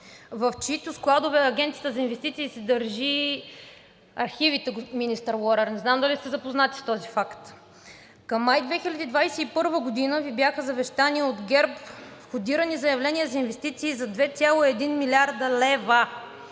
в чиито складове Агенцията за инвестиции си държи архивите, министър Лорер, не знам дали сте запознат с този факт. Към месец май 2021 г. Ви бяха завещани от ГЕРБ входирани заявления за инвестиции за 2,1 млрд. лв.